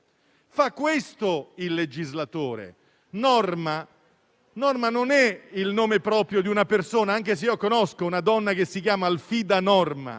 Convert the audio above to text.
Fa questo il legislatore: norma. Norma non è il nome proprio di una persona, anche se io conosco una donna che si chiama Alfida Norma;